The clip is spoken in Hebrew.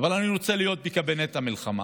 אבל אני רוצה להיות בקבינט המלחמה.